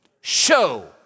Show